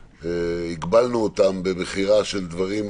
שהגבלנו אותן במכירה של דברים